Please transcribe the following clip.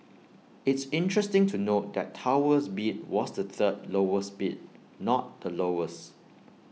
it's interesting to note that Tower's bid was the third lowest bid not the lowest